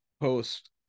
post